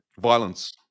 Violence